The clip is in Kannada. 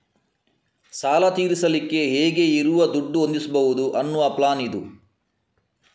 ಸಾಲ ತೀರಿಸಲಿಕ್ಕೆ ಹೇಗೆ ಇರುವ ದುಡ್ಡು ಹೊಂದಿಸ್ಬಹುದು ಅನ್ನುವ ಪ್ಲಾನ್ ಇದು